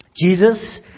Jesus